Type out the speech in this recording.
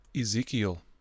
Ezekiel